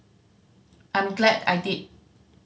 I'm glad I did